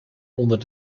onder